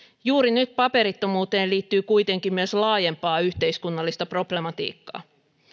juuri nyt paperittomuuteen liittyy kuitenkin myös laajempaa yhteiskunnallista problematiikkaa